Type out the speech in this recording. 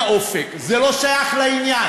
זה שאין כרגע אופק זה לא שייך לעניין.